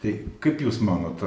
tai kaip jūs manot